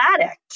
addict